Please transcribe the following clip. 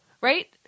right